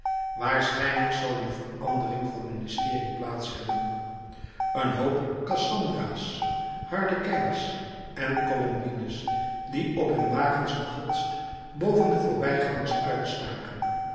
waarschijnlijk zal een verandering van ministerie plaats hebben een hoop cassandra's harlekijns en colombines die op hun wagens gehotst boven de voorbijgangers uitstaken